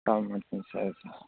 ಕಾಲ್ ಮಾಡ್ತೀನಿ ಸರಿ ಸರ್